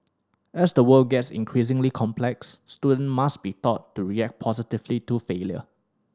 as the world gets increasingly complex student must be taught to react positively to failure